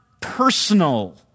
personal